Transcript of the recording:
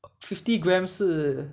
fifty gram 是